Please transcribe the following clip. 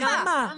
למה?